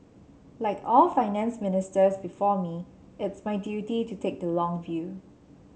like all Finance Ministers before me it is my duty to take the long view